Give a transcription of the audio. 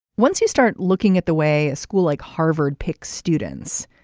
once you start looking at the way a school like harvard picks students.